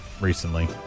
recently